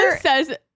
says